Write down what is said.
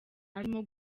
arimo